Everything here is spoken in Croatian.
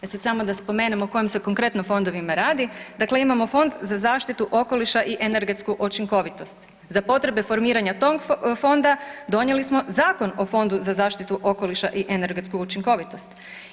E sad samo da spomenem o kojim se konkretno fondovima radi, dakle imamo Fond za zaštitu okoliša i energetsku učinkovitost, za potrebe formiranja tog fonda donijeli smo Zakon o Fondu o zaštiti okoliša i energetsku učinkovitost.